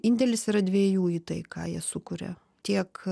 indėlis yra dviejų į tai ką jie sukuria tiek